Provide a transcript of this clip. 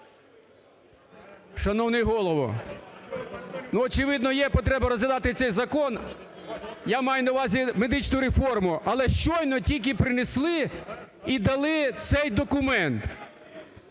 Шановний Голово, ну, очевидно, є потреба розглядати цей закон, я маю на увазі медичну реформу. Але щойно тільки принесли і дали цей документ.